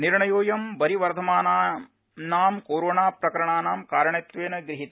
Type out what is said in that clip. निर्णयोऽयम् वरिवर्धमानानां कोरोनाप्रकरणानां कारणत्वेन गृहीत